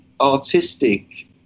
artistic